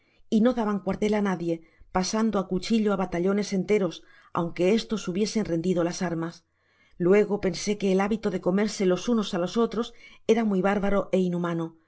y no daban cuartel á nadie pasando á cuchillo á batallones enteros aunque estos hubiesen rendido las armas luego pensé que el hábito de comerse los unos á los otros era muy bárbaro é inhumano